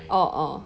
orh orh